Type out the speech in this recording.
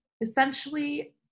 essentially